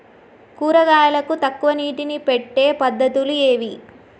కూరగాయలకు తక్కువ నీటిని పెట్టే పద్దతులు ఏవి?